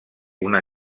una